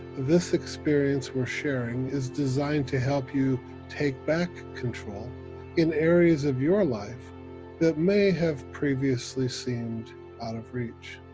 this experience we're sharing is designed to help you take back control in areas of your life that may have previously seemed out of reach,